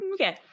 okay